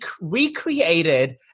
recreated